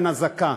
אין אזעקה,